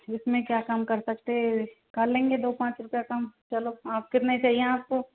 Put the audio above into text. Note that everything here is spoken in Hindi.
इसमें क्या कम कर सकते कर लेंगे दो पाँच रुपया कम चलो आप कितने चाहिए आपको